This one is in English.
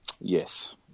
yes